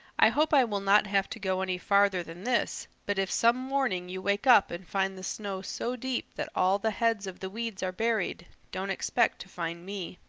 i hope i will not have to go any farther than this, but if some morning you wake up and find the snow so deep that all the heads of the weeds are buried, don't expect to find me.